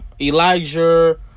Elijah